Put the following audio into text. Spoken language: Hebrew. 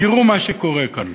תראו מה שקורה כאן.